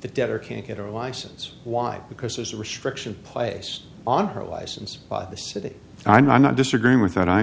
the debtor can't get a license why because there's a restriction place on her license by the city i'm not disagreeing with that i